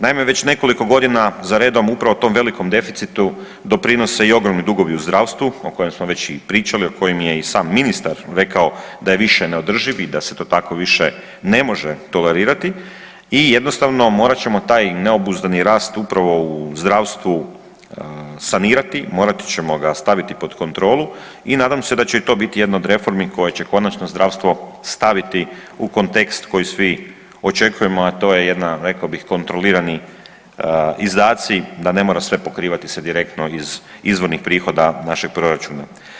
Naime, već nekoliko godina za redom upravo tom velikom deficitu doprinose i ogromni dugovi u zdravstvu, o kojem smo već i pričali, o kojem je i sam ministar rekao da je više neodrživ i da se to tako više ne može tolerirati i jednostavno morat ćemo taj neobuzdani rast u pravo u zdravstvu sanirati, morati ćemo ga staviti pod kontrolu i nadam se da će i to biti jedna od reformi koja će konačno zdravstvo staviti u kontekst koji svi očekujemo, a to je jedna, rekao bih, kontrolirani izdaci, da ne mora sve pokrivati direktno iz izvornih prihoda našeg proračuna.